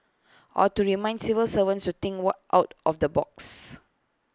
or to remind civil servants to think what out of the box